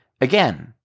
Again